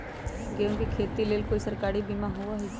गेंहू के खेती के लेल कोइ सरकारी बीमा होईअ का?